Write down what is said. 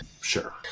Sure